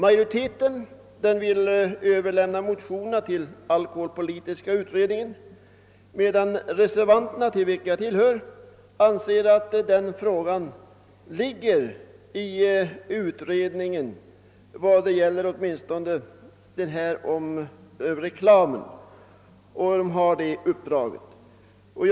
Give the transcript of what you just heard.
Majoriteten vill överlämna motionerna till alkoholpolitiska utredningen, medan reservanterna, till vilka jag hör, anser att den frågan ligger hos utredningen åtminstone vad som gäller det nykterhetspolitiska intresset.